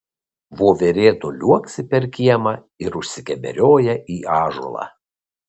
voverė nuliuoksi per kiemą ir užsikeberioja į ąžuolą